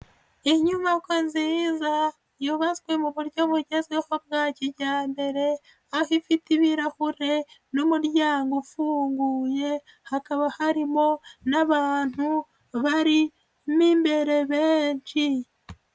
Inyubako nziza yubatswe mu buryo bugezweho bwa kijyambere aho ifite ibirahure n'umuryango ufunguye hakaba harimo n'abantu bari mo imbere benshi.